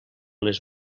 les